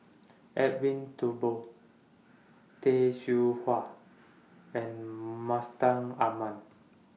Edwin Thumboo Tay Seow Huah and Mustaq Ahmad